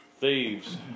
thieves